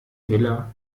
villa